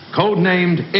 codenamed